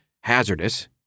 hazardous